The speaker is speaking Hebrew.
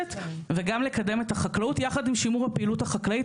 מתחדשת וגם לקדם את החקלאות יחד עם שימור הפעילות החקלאית.